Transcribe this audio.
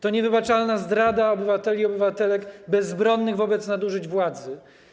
To niewybaczalna zdrada obywateli, obywatelek bezbronnych wobec nadużyć władzy.